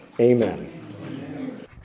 amen